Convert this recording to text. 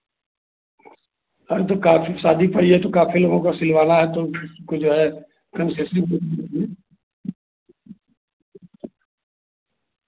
अरे तो काफ़ी शादी पड़ी है तो काफ़ी लोगों को सिलवाना है तो को जो है